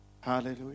Hallelujah